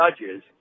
judges